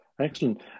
Excellent